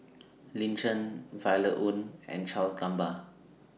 Lin Chen Violet Oon and Charles Gamba